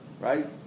right